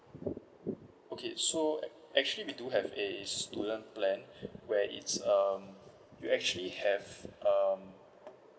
okay so ac~ actually we do have a student plan where it's um we actually have um